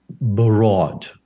broad